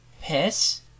PISS